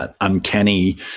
uncanny